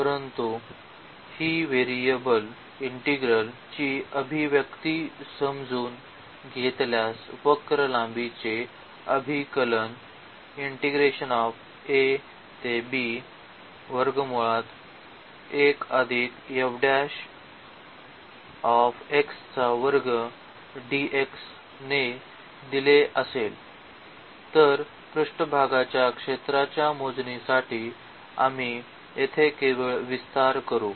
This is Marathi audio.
परंतु ही व्हेरिएबल इंटिग्रल्स ची अभिव्यक्ती समजून घेतल्यास वक्र लांबीचे अभिकलन ने दिले असेल तर पृष्ठभागाच्या क्षेत्राच्या मोजणीसाठी आम्ही येथे केवळ विस्तार करू